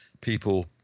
people